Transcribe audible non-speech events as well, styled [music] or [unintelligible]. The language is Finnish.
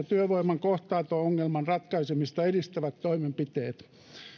[unintelligible] työvoiman kohtaanto ongelman ratkaisemista edistävät toimenpiteet